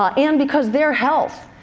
ah and because their health.